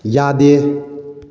ꯌꯥꯗꯦ